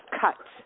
cut